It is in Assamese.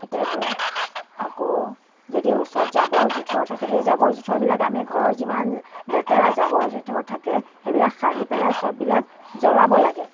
এতিয়া ধৰক আকৌ যদি ওচৰত জাবৰ জোঁথৰ থাকে সেই জাবৰ জোথৰবিলাক আমি ঘৰৰ যিমান লেতেৰা জাবৰ জোঁথৰ থাকে সেইবিলাক সাৰি পেলাই চববিলাক জ্বলাব লাগে